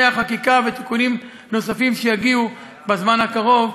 החקיקה ותיקונים נוספים שיגיעו בזמן הקרוב.